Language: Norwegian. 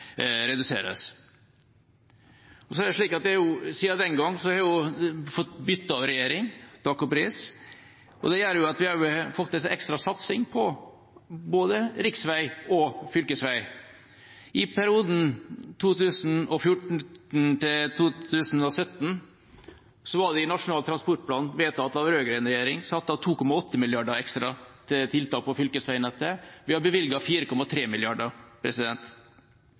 reduseres. Siden den gang har vi fått byttet regjering – takk og pris – og det gjør at vi også har fått en ekstra satsing på både riksveg og fylkesveg. I perioden 2014–2017 var det i Nasjonal transportplan, vedtatt under en rød-grønn regjering, satt av 2,8 mrd. kr ekstra til tiltak på fylkesvegnettet. Vi har bevilget 4,3